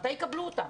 מתי יקבלו אותם?